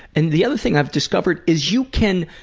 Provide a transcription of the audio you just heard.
and the other thing i've discovered is you can.